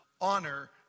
honor